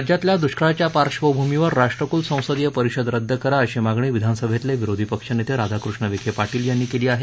राज्यातल्या दुष्काळाच्या पार्श्वभूमीवर राष्ट्राकुल संसदीय परिषद रद्द करा अशी मागणी विधानसभेतले विरोधी पक्षनेते राधाकुष्ण विखे पाटील यांनी केली आहे